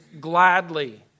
gladly